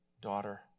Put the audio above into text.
daughter